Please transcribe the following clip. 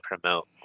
promote